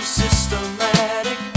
systematic